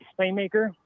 playmaker